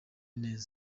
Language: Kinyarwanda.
neza